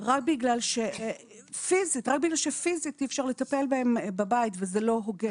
רק בגלל שפיזית אי-אפשר לטפל בהם בבית וזה לא הוגן.